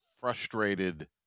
frustrated